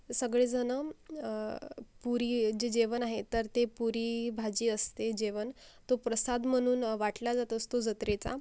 सगळे जण पुरी जे जेवण आहे तर ते पुरीभाजी असते जेवण तो प्रसाद म्हणून वाटला जात असतो जत्रेचा